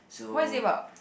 what is it about